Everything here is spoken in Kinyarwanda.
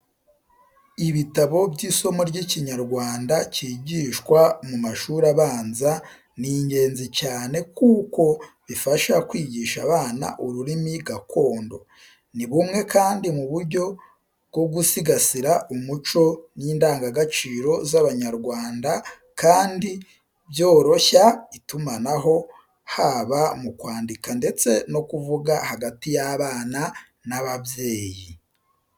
Ibitabo by'isomo ry'Ikinyarwanda cyigishwa mu mashuri abanza ni ingenzi cyane kuko bifasha kwigisha abana ururimi gakondo. Ni bumwe kandi mu buryo bwo gusigasira umuco n'indangagaciro z'Abanyarwanda kandi byoroshya itumanaho haba mu kwandika ndetse no kuvuga hagati y'abana n'ababyeyi.